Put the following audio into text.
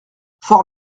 fort